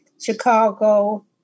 Chicago